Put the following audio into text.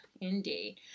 Indeed